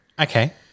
Okay